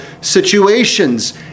situations